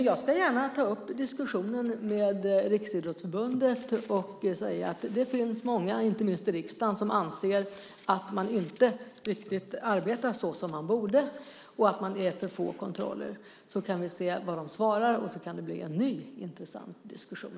Jag ska gärna ta upp diskussion med Riksidrottsförbundet och säga att det finns många, inte minst i riksdagen, som anser att man inte riktigt arbetar som man borde och att det görs för få kontroller. Vi kan se vad förbundet svarar, och sedan kan det bli en ny intressant diskussion.